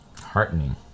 heartening